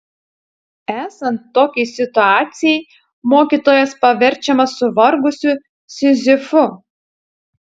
esant tokiai situacijai mokytojas paverčiamas suvargusiu sizifu